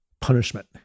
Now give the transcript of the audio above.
punishment